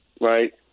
right